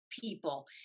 people